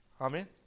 Amen